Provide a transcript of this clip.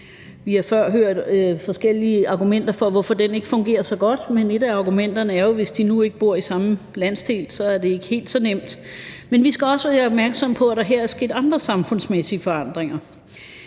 Vi har før hørt forskellige argumenter for, hvorfor den ikke fungerer så godt, men et af argumenterne er jo, at hvis de nu ikke bor i samme landsdel, er det ikke helt så nemt. Men vi skal også være opmærksomme på, at der her er sket andre samfundsmæssige forandringer.